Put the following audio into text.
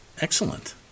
Excellent